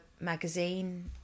magazine